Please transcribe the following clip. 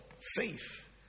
faith